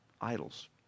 Idols